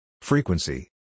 Frequency